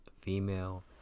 female